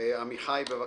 עמיחי, בבקשה.